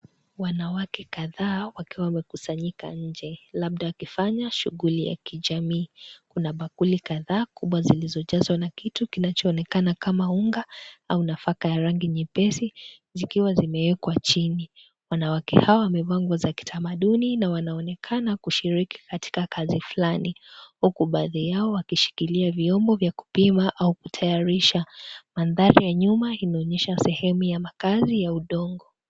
Wanawake kadhaa wakiwa wamekusanyika nje labda wakifanya shughuli ya kijamii. kuna bakuli kadhaa kubwa zilizojazwa na kitu kinachoonekana kama unga au nafaka ya rangi nyepesi zikiwa zimewekwa chini. Wanawake hawa wamevaa nguo za kitamaduni na wanaonekana kushiriki katika kazi fulani huku baadhi yao wakishikilia vyombo vya kupima au kutayarisha. Mandhari ya nyuma inaonyesha sehemu ya makazi ya udongo.